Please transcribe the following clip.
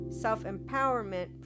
self-empowerment